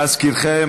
להזכירכם,